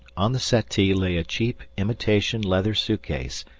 on the settee lay a cheap, imitation leather suit-case,